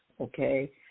okay